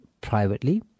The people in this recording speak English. privately